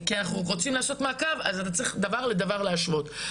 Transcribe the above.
כשאנחנו רוצים לעשות מעקב אז אתה צריך דבר לדבר להשוות.